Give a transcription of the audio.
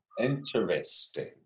interesting